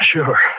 Sure